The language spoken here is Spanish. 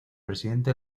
presidente